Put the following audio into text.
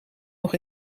nog